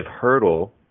hurdle